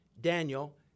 Daniel